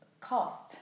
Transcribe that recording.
cost